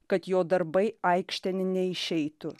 kad jo darbai aikštėn neišeitų